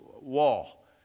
wall